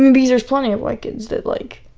um because there's plenty of white kids that like